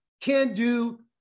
can-do